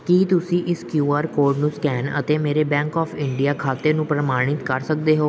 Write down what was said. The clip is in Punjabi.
ਕੀ ਤੁਸੀਂਂ ਇਸ ਕਿਉ ਆਰ ਕੋਡ ਨੂੰ ਸਕੈਨ ਅਤੇ ਮੇਰੇ ਬੈਂਕ ਆਫ ਇੰਡੀਆ ਖਾਤੇ ਨੂੰ ਪ੍ਰਮਾਣਿਤ ਕਰ ਸਕਦੇ ਹੋ